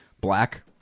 black